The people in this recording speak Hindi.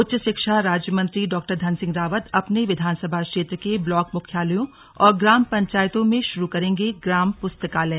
उच्च शिक्षा राज्य मंत्री डॉ धन सिंह रावत अपने विधानसभा क्षेत्र के ब्लॉक मुख्यालयों और ग्राम पंचायतों में शुरू करेंगे ग्राम पुस्तकालय